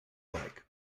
like